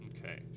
Okay